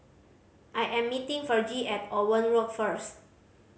I am meeting Vergie at Owen Road first